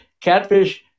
Catfish